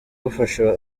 bufasha